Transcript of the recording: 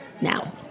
now